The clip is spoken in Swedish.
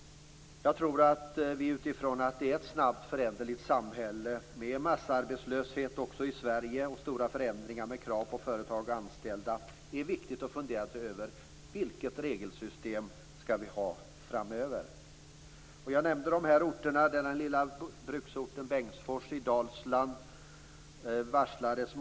Jag tror att det, utifrån att det är ett snabbt föränderligt samhälle, med massarbetslöshet också i Sverige, och stora krav på företag och anställda, är viktigt att fundera över vilket regelsystem vi skall ha framöver. Jag nämnde några orter. I den lilla bruksorten Lear Corporation.